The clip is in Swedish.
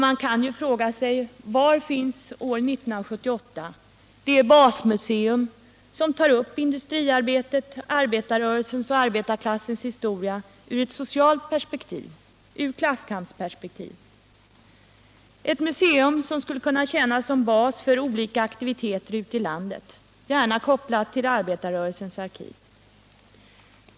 Man kan fråga sig: Var finns år 1978 det basmuseum som tar upp industriarbetets, arbetarrörelsens och arbetarklassens historia ur ett socialt perspektiv, ur klasskampsperspektiv? Det gäller ett museum som skulle kunna tjäna som bas för olika aktiviteter ute i landet, gärna kopplat till arbetarrörelsens arkiv.